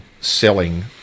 selling